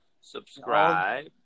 Subscribe